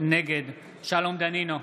נגד שלום דנינו,